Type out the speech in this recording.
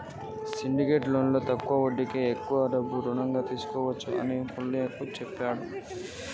syndicate లోన్లో తక్కువ వడ్డీకే ఎక్కువ డబ్బు రుణంగా తీసుకోవచ్చు అని పుల్లయ్య చెప్పిండు